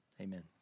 amen